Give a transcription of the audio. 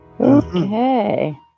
Okay